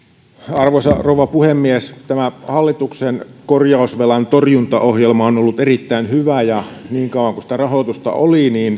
arvoisa rouva puhemies tämä hallituksen korjausvelan torjuntaohjelma on ollut erittäin hyvä niin kauan kuin sitä rahoitusta oli